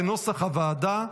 כנוסח הוועדה.